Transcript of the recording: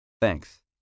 Thanks